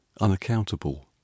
unaccountable